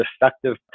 effective